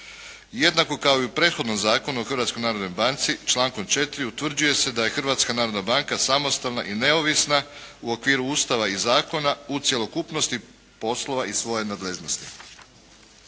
Jednako kao i u prethodnom Zakonu o Hrvatskoj narodnoj banci, člankom 4. utvrđuje se da je Hrvatska narodna banka samostalna i neovisna u okviru Ustava i zakona u cjelokupnosti poslova iz svoje nadležnosti.